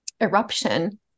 eruption